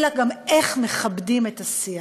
אלא גם איך מכבדים את השיח.